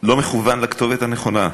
לא מכוון לכתובת הנכונה.